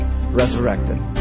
resurrected